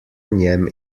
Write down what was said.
njem